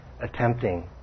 attempting